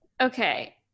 okay